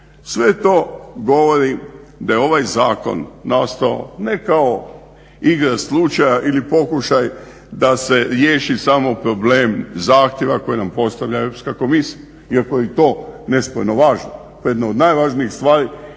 Sve to govori da je ovaj zakon nastao ne kao igra slučaja ili pokušaj da se riješi samo problem zahtjeva koje nam postavlja Europska komisija, iako je i to nesporno važno.